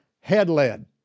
Head-led